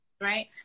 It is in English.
Right